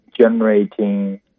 generating